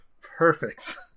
Perfect